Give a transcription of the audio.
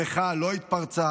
המחאה לא התפרצה